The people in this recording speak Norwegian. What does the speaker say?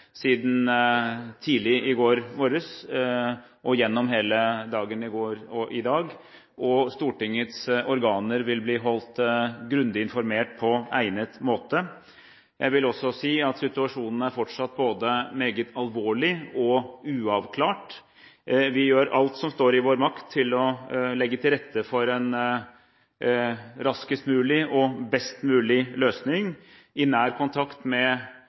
Stortingets organer vil på egnet måte bli holdt grundig informert. Jeg vil også si at situasjonen fortsatt er både meget alvorlig og uavklart. Vi gjør alt som står i vår makt for å legge til rette for en raskest mulig og best mulig løsning, i nær kontakt med